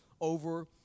over